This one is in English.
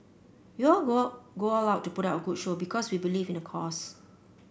we all go out go out out to put up a good show because we believe in the cause